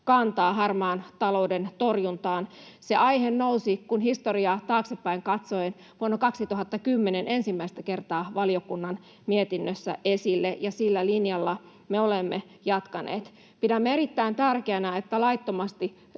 kantaa harmaan talouden torjuntaan. Se aihe nousi — historiaa taaksepäin katsoen — vuonna 2010 ensimmäistä kertaa valiokunnan mietinnössä esille, ja sillä linjalla me olemme jatkaneet. Pidämme erittäin tärkeänä, että laittomasti